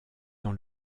dans